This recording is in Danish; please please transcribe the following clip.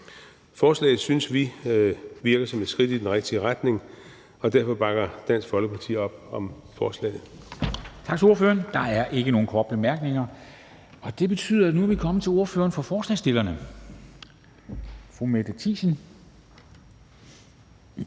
Forslaget synes vi virker som et skridt i den rigtige retning, og derfor bakker Dansk Folkeparti op om forslaget.